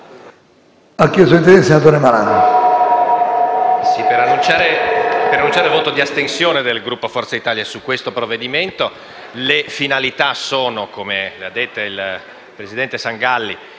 per annunciare il voto di astensione del Gruppo di Forza Italia sul provvedimento. Le finalità, come ha detto il presidente Sangalli,